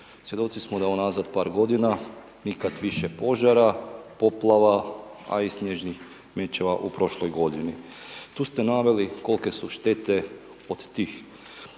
Svjedoci smo da unazad par godina nikada više požara, poplava a i snježnih mećava u prošloj godini. Tu ste naveli kolike su štete od tih